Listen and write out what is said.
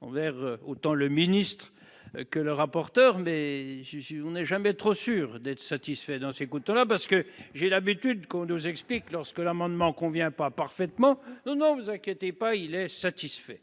envers autant le ministre-que le rapporteur Les jumeaux n'est jamais trop sûrs d'être satisfaits dans ses parce que j'ai l'habitude qu'on nous explique lorsque l'amendement convient parfaitement non non vous inquiétez pas, il est satisfait,